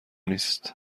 نیست